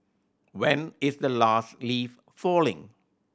when is the last leaf falling